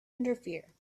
interfere